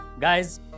Guys